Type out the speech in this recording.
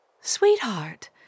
Sweetheart